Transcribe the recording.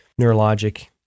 neurologic